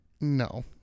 No